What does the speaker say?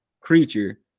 creature